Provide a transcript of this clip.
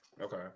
Okay